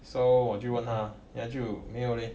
so 我就问他 then 她就没有 leh